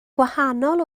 gwahanol